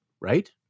right